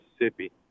Mississippi